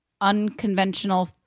unconventional